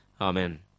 amen